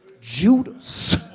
Judas